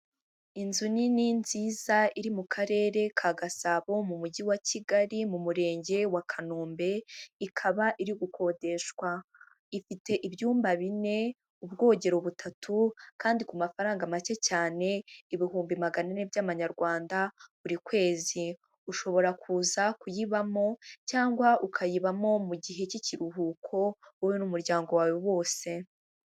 Inzu nini nziza, iri mu karere ka Gasabo mu mujyi wa Kigali mu murenge wa Kanombe, ikaba iri gukodeshwa, ifite ibyumba bine, ubwogero butatu kandi ku mafaranga make cyane, ibihumbi magana ane by'amanyarwanda buri kwezi, ushobora kuza kuyibamo cyangwa ukayibamo mu gihe cy'ikiruhuko wowe n'umuryango wawe wose.